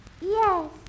Yes